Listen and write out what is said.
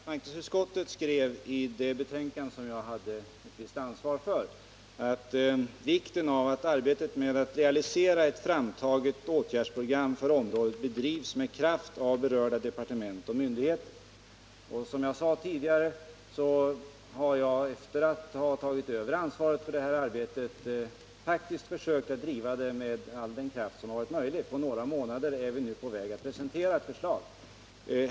Herr talman! Arbetsmarknadsutskottet skrev i det betänkande som jag hade ett visst ansvar för om vikten av att arbetet med att realisera ett framtaget åtgärdsprogram för området bedrivs med kraft av berörda departement och myndigheter. Som jag sade tidigare, har jag efter att ha tagit över ansvaret för det här arbetet faktiskt försökt att driva det med all den kraft som varit möjlig. På några månader är vi nu på väg att presentera ett förslag.